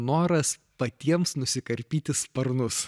noras patiems nusikarpyti sparnus